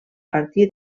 partir